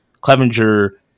Clevenger